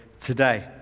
today